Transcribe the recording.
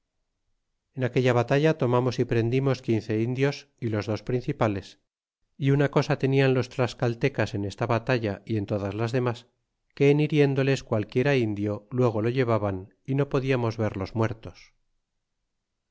en aquella batalla tomamos y prendimos quince indios y los dos principales y una cosa tenian los tlascaltecas en esta batalla y en todas las damas que en hiriéndoles qualquiera indio luego lo llevaban y no podiamos ver los muertos